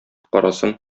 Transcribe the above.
карасын